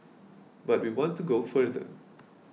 but we want to go further